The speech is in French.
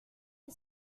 est